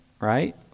right